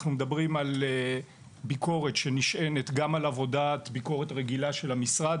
אנחנו מדברים על ביקורת שנשענת גם על עבודת ביקורת רגילה של המשרד,